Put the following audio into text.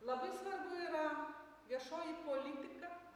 labai svarbu yra viešoji politika